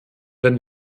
wenn